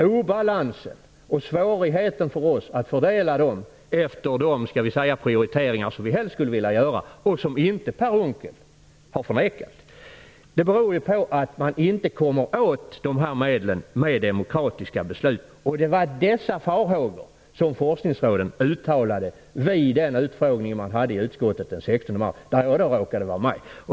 Obalansen och svårigheten för oss att fördela dem efter de prioriteringar som vi helst skulle vilja göra - det har Per Unckel inte förnekat - beror på att vi inte kommer åt medlen med demokratiska beslut. Det var dessa farhågor som forskningsråden uttalade vid den utfrågning som utskottet gjorde den 16 mars, där jag råkade vara med.